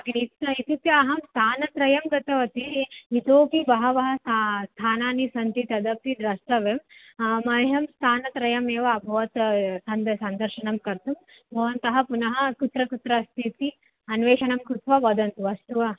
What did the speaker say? इत्युक्ते अहं स्तानत्रयं गतवती इतोपि बहवः स्था स्थानानि सन्ति तदपि द्रष्टव्यं मह्यं स्तानत्रयमेव अभवत् सन्द सन्दर्शनं कर्तुं भवन्तः पुनः कुत्र कुत्र अस्ति इति अन्वेषणं कृत्वा वदन्तु अस्तु वा